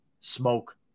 smoke